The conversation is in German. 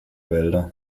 wälder